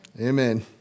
Amen